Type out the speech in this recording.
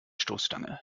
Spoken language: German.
stoßstange